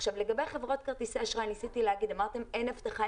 לגבי חברות כרטיסי האשראי, אמרתם שאין הבטחה.